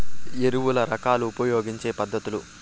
ఎరువుల రకాలు ఉపయోగించే పద్ధతులు?